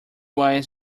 was